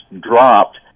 dropped